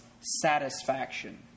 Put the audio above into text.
satisfaction